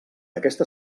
aquesta